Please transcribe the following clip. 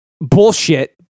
bullshit